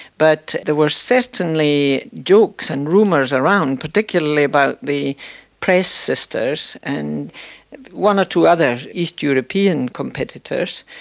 but there were certainly jokes and rumours around, particularly about the press sisters and one or two other east european competitors.